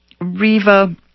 Riva